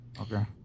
Okay